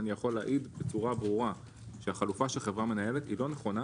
אני יכול להעיד בצורה ברורה שהחלופה שהחברה מנהלת היא לא נכונה